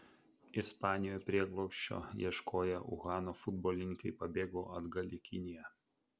ispanijoje prieglobsčio ieškoję uhano futbolininkai pabėgo atgal į kiniją